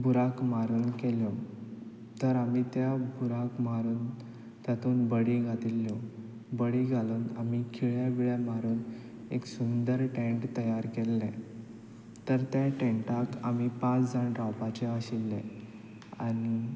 बुराक मारून केल्यो तर आमी त्या बुराक मारून तातूंत बडी घातिल्ल्यो बडी घालून आमी खिळे बिळे मारून एक सुंदर टॅन्ट तयार केल्लें तर त्या टॅन्टांत आमी पांच जाण रावपाचे आशिल्ले आनी